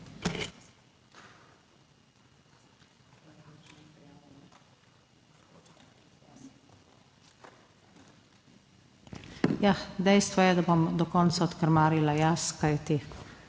Ja, dejstvo je, da bom do konca odkrmarila jaz, kajti